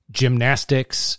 gymnastics